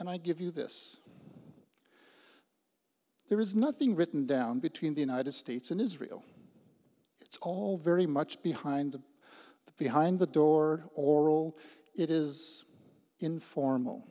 and i give you this there is nothing written down between the united states and israel it's all very much behind the behind the door oral it is informal